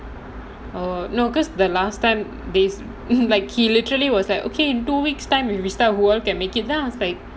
oh no because the last time based mm he literally was like okay in two weeks time we restart work and can make it then I was like